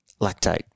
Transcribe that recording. lactate